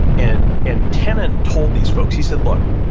and, and tenet told these folks, he said, look,